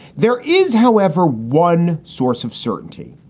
there is, however, one source of certainty.